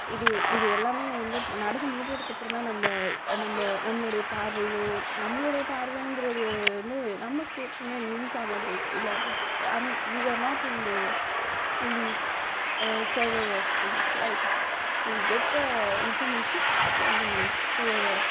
இது இது எல்லாமே வந்து நடந்து முடிஞ்சதுக்கு அப்புறமா நம்ம நம்ம நம்மளுடைய பார்வையோ நம்மளுடைய பார்வைங்கிறது வந்து நமக்கு எப்போதுமே நியூஸாகதாம் தெரியும் இல்லை we are not in there in this server of things right we get the information from the news so